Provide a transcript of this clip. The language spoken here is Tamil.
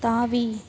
தாவி